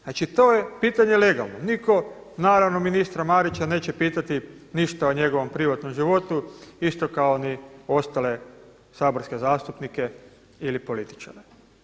Znači to je pitanje legalno, nitko naravno ministra neće pitati ništa o njegovom privatnom životu isto kao ni ostale saborske zastupnike ili političare.